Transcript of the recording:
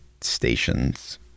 stations